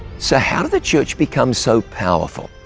so how did the church become so powerful?